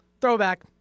throwback